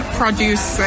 produce